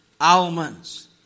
almonds